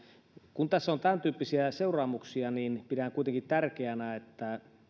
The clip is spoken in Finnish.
kun tässä on tämäntyyppisiä seuraamuksia niin pidän kuitenkin tärkeänä että